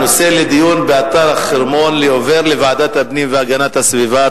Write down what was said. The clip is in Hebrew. ההצעה לסדר-היום על אתר החרמון עוברת לוועדת הפנים והגנת הסביבה.